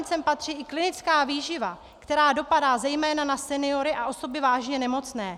Zároveň sem patří i klinická výživa, která dopadá zejména na seniory a osoby vážně nemocné.